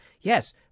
yes